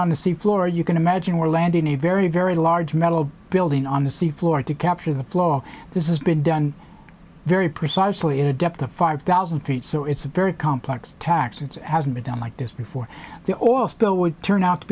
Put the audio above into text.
on the sea floor you can imagine more land in a very very large metal building on the sea floor to capture the flow this is been done very precisely at a depth of five thousand feet so it's a very complex tax and hasn't been done like this before the oil spill would turn out to